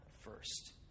first